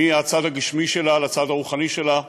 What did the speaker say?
מהצד הגשמי שלה לצד הרוחני שלה,